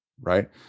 right